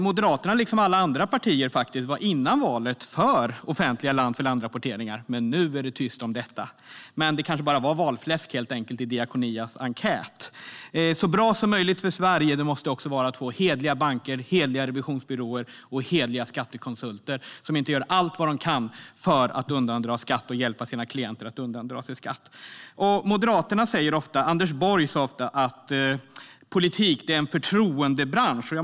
Moderaterna, liksom alla andra partier faktiskt, var före valet för offentliga land-för-land-rapporteringar, men nu är det tyst om detta. Det kanske helt enkelt bara var valfläsk i Diakonias enkät. Så bra som möjligt för Sverige måste också vara att få hederliga banker, hederliga revisionsbyråer och hederliga skattekonsulter som inte gör allt vad de kan för att undandra skatt och hjälpa sina klienter att undandra sig skatt. Anders Borg sa ofta att politik är en förtroendebransch.